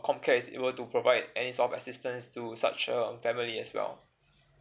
comcare is able to provide any sort of assistance to such a family as well